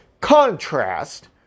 contrast